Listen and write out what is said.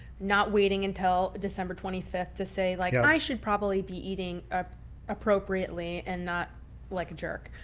not waiting until december twenty fifth to say like, i should probably be eating ah appropriately and not like a jerk.